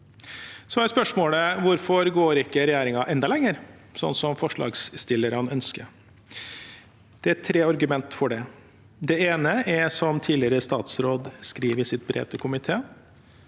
Hvorfor går ikke regjeringen enda lenger, sånn som forslagsstillerne ønsker? Det er tre argument for det: Det ene er, som tidligere statsråd skriver i sitt brev til komiteen: